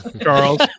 Charles